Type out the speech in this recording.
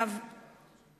זה תלוי איזו משפחה.